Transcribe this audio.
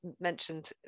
mentioned